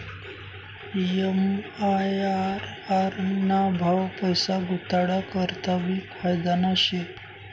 MIRR ना भाव पैसा गुताडा करता भी फायदाना शे